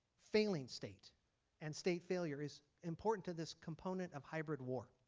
failing state and state failure is important to this component of hybrid war.